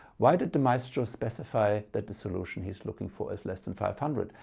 why did the maestro specify that the solution he's looking for is less than five hundred.